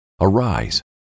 arise